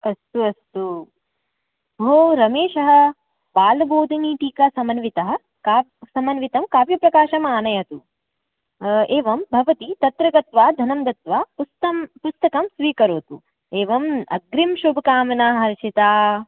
अस्तु अस्तु भोः रमेशः बालबोधिनीटीका समन्वितः का समन्वितं काव्यप्रकाशमानयतु एवं भवती तत्र गत्वा धनं दत्वा पुस्तकं पुस्तकं स्वीकरोतु एवं अग्रिमः शुभकामनाः हर्षिता